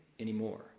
anymore